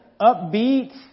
upbeat